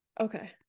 okay